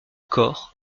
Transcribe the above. corps